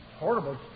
horrible